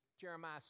Jeremiah